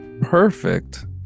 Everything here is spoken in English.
perfect